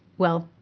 well,